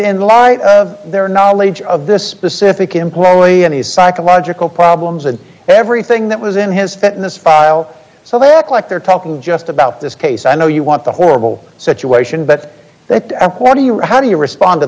in light of their knowledge of this specific employee any psychological problems and everything that was in his fitness file so they act like they're talking just about this case i know you want a horrible situation but then how do you respond t